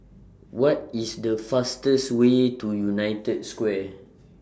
What IS The fastest Way to United Square